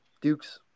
Duke's